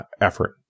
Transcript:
effort